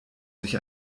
sich